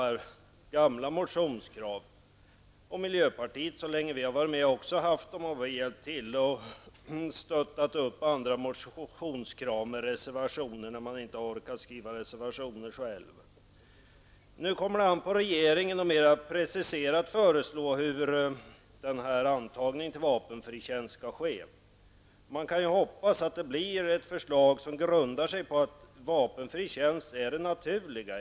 Så länge vi i miljöpartiet har varit med här har vi hjälpt till. Vi har stöttat motionskrav genom reservationer när andra inte har orkat skriva reservationer. Nu kommer det an på regeringen att mera preciserat föreslå hur den här antagningen till vapenfri tjänst skall ske. Man kan hoppas att det blir ett förslag som grundar sig på att vapenfri tjänst är det naturliga.